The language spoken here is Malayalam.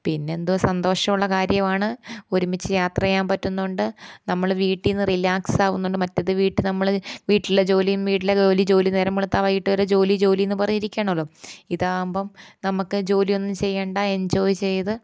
പിന്നെ എന്തുവാ സന്തോഷമുള്ള കാര്യമാണ് ഒരുമിച്ച് യാത്ര ചെയ്യാൻ പറ്റുന്നുണ്ട് നമ്മൾ വീട്ടീൽ നിന്ന് റിലാക്സാവുന്നുണ്ട് മറ്റേത് വീട്ടിൽ നമ്മൾ വീട്ടിലെ ജോലിയും വീട്ടിലെ ജോലി ജോലി നേരം വെളുത്താൽ വൈകിയിട്ട് വരെ ജോലി ജോലിയെന്നും പറഞ്ഞിരിക്കുകയാണല്ലോ ഇതാകുമ്പം നമ്മൾക്ക് ജോലിയൊന്നും ചെയ്യേണ്ട എഞ്ചോയ് ചെയ്ത്